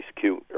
cute